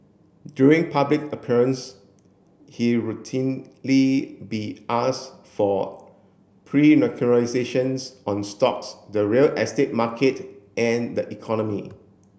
during public appearance he routinely be asked for prognostications on stocks the real estate market and the economy